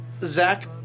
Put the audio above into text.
Zach